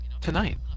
tonight